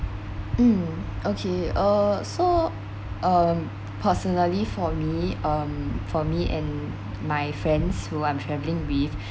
mm okay uh so um personally for me um for me and my friends who I'm travelling with